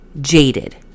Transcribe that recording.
jaded